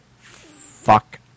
fuck